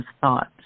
thoughts